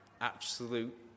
absolute